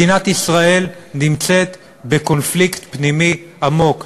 מדינת ישראל נמצאת בקונפליקט פנימי עמוק,